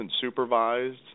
supervised